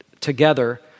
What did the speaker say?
together